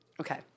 Okay